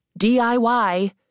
DIY